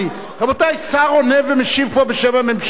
שר עונה ומשיב פה בשם הממשלה בנושא,